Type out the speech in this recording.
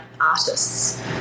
artists